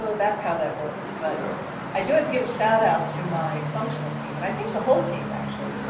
so that's how that works. but i do have to give a shout out to my functional team. and i think the whole team actually,